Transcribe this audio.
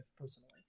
personally